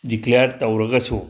declare ꯇꯧꯔꯒꯁꯨ